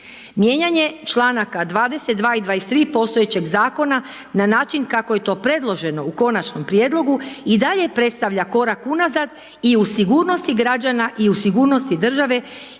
Mijenjanje čl. 22 i 23 postojećeg zakona na način kako je to predloženo u konačnom prijedlogu i dalje predstavlja korak unazad i u sigurnosti građana i u sigurnosti države